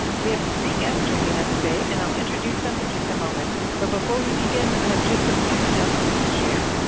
we have three guests joining us today, and i will introduce them in just a moment. but before we begin i have just a few announcements to share.